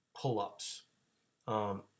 pull-ups